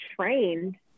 trained